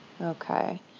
Okay